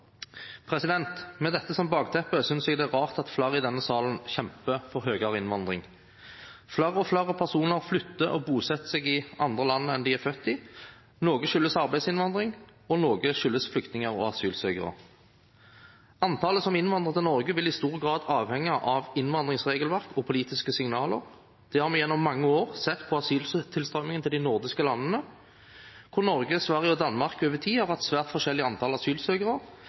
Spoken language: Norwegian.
opp. Med dette som bakteppe synes jeg det er rart at flere i denne salen kjemper for høyere innvandring. Flere og flere personer flytter og bosetter seg i andre land enn de er født i. Noe skyldes arbeidsinnvandring, og noe skyldes flyktninger og asylsøkere. Antallet som innvandrer til Norge, vil i stor grad avhenge av innvandringsregelverk og politiske signaler. Det har vi gjennom mange år sett på asyltilstrømmingen til de nordiske landene, hvor Norge, Sverige og Danmark over tid har hatt svært forskjellig antall asylsøkere,